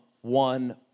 one